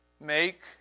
make